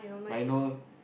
but you know